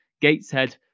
Gateshead